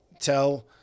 tell